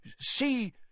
see